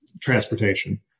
transportation